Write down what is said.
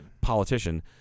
politician